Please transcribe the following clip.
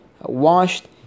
washed